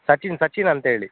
ಸಚಿನ್ ಸಚಿನ್ ಅಂತೇಳಿ